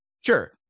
Sure